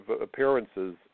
appearances